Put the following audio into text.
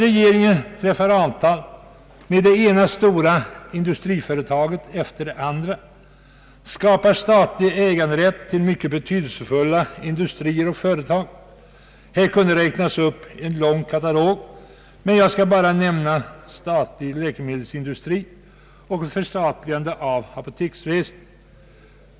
Regeringen träffar avtal med det ena stora industriföretaget efter det andra och skapar statlig äganderätt till mycket betydelsefulla industrier och företag — här kunde läsas upp en lång katalog, men jag skall bara nämna statlig läkemedelsindustri och ett förstatligande av apoteksväsendet.